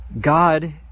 God